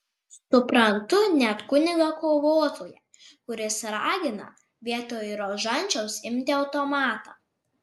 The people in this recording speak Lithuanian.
suprantu net kunigą kovotoją kuris ragina vietoj rožančiaus imti automatą